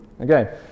Okay